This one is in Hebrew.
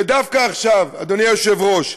ודווקא עכשיו, אדוני היושב-ראש,